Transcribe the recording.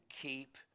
keep